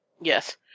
Yes